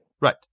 Right